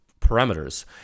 parameters